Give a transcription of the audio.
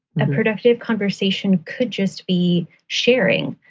that productive conversation could just be sharing,